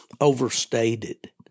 overstated